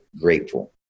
grateful